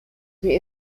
sie